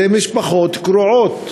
זה משפחות קרועות.